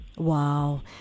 Wow